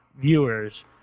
viewers